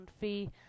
fee